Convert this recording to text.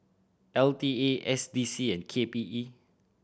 L T A S D C and K P E